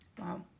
Wow